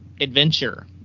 adventure